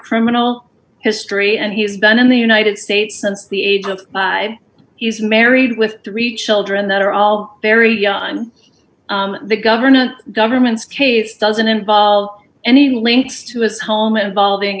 criminal history and he has been in the united states since the age of five he's married with three children that are all very young on the government government's case doesn't involve any links to his home evolving